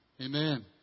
Amen